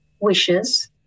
wishes